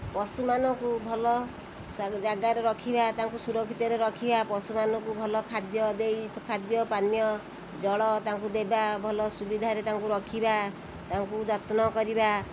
ପଶୁମାନଙ୍କୁ ଭଲ ଜାଗାରେ ରଖିବା ତାଙ୍କୁ ସୁରକ୍ଷିତରେ ରଖିବା ପଶୁମାନଙ୍କୁ ଭଲ ଖାଦ୍ୟ ଦେଇ ଖାଦ୍ୟ ପାନୀୟ ଜଳ ତାଙ୍କୁ ଦେବା ଭଲ ସୁବିଧାରେ ତାଙ୍କୁ ରଖିବା ତାଙ୍କୁ ଯତ୍ନ କରିବା